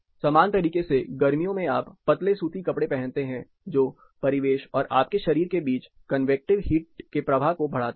समान तरीके से गर्मियों में आप पतले सूती कपड़े पहनते हैं जो परिवेश और आपके शरीर के बीच कन्वेक्टिव हीट के प्रवाह को बढ़ाता है